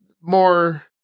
More